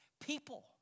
People